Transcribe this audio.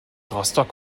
rostock